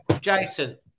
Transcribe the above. Jason